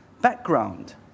background